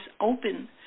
open